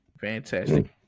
fantastic